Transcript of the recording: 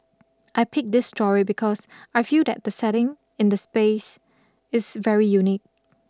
I pick this story because I feel that the setting in the space is very unique